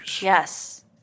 Yes